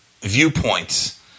viewpoints